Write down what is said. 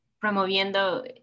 promoviendo